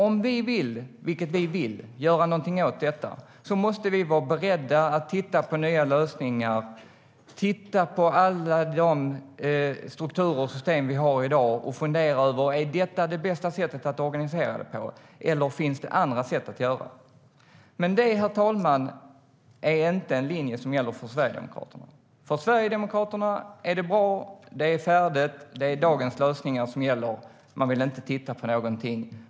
Om vi vill göra någonting åt det, vilket vi vill, måste vi vara beredda att titta på nya lösningar, titta på alla de strukturer och system vi i dag har och fundera över om det är bästa sättet att organisera dem på eller om det finns andra sätt. Det, herr talman, är inte en linje som gäller för Sverigedemokraterna. För Sverigedemokraterna är det bra som det är. Det är färdigt. Det är dagens lösningar som gäller. Man vill inte titta på någonting.